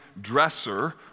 dresser